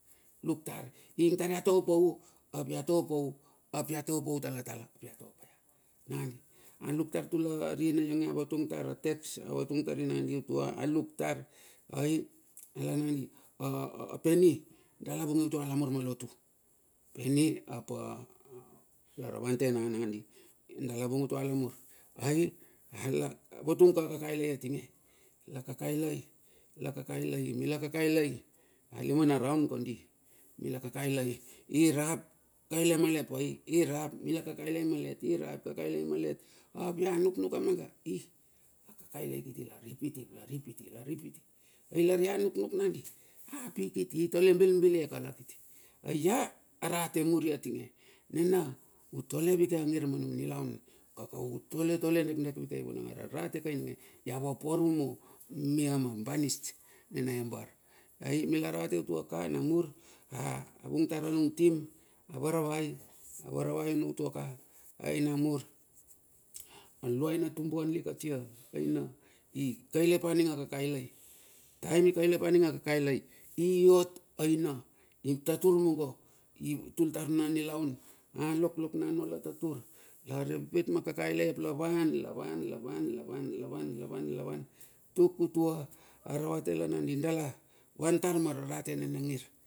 Nuktar ing tar ia pau ap ia topau ap ia topau a nuk tar tulo rina ionge, avatung tar a text a vatung tari nandi utua aluk tar, ai alar nandi, apeni dala vungi utua dala vungi utua lamur ma lotu peni apa wan ten a nangadi dala vungi ututa lamur. Ai a vatung ka kakailai atinge la kakailai ilai, mila kakailai lima na raon kondi irap kaile male pai apia nuknuk kamanga. Hi akakailai kiti la ripiti, ripiti, ripiti ailar ia nuknuk nandi ea pikiti tole bilbile kala kitit ai ia arate muri atinge nana utole vike angir manum nilaun kaka u toletole dekdek wakei vunang a rarate ka ininge ia vapurumu mia mia banis nina embar ai mila rate utua ka ai namur avung tar anung tim avarvai avaravai ono utua ka ai namur aluaina tumbuan lik atia aina i kaile pa nine a kakailai taem pa ninga kakailai, iot aina i tatur mungo i tul tar anuna nilaun aloklok na anua latur la ripit makakailai ap lavan lavan tuk utua aravate nina ngir.